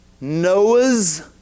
Noah's